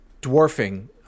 dwarfing